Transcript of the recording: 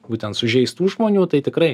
būtent sužeistų žmonių tai tikrai